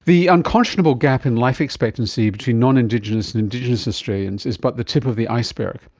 the unconscionable gap in life expectancy between non-indigenous and indigenous australians is but the tip of the iceberg,